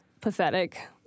pathetic